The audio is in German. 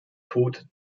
tod